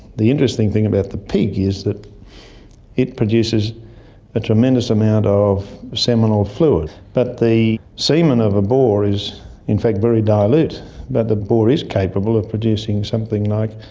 the interesting thing about the pig is that it produces a tremendous amount of seminal fluid. but the semen of a boar is in fact very dilute but the boar is capable of producing something like